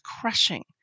crushing